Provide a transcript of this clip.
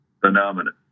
phenomenon